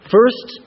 First